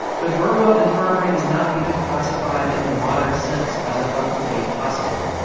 the burwell infirmary is not even classified, in the modern sense, as an up-to-date hospital,